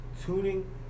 tuning